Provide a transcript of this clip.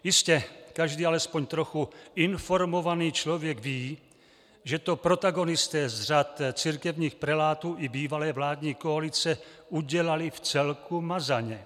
Jistě každý alespoň trochu informovaný člověk ví, že to protagonisté z řad církevních prelátů i bývalé vládní koalice udělali vcelku mazaně.